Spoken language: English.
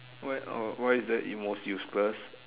why uh why is the most useless